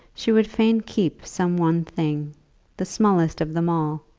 she would fain keep some one thing the smallest of them all.